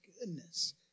goodness